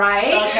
Right